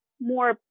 more